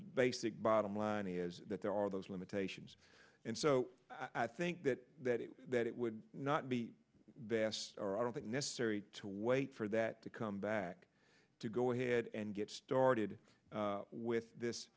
basic bottom line is that there are those limitation and so i think that that it that it would not be bastareaud but necessary to wait for that to come back to go ahead and get started with this